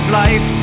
life